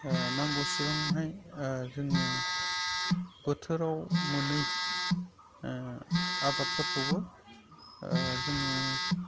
नांगौसेबांहाय जोङो बोथोराव मोनै आबादफोरखौबो जोङो